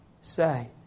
say